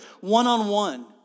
one-on-one